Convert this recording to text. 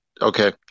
Okay